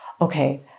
Okay